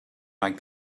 like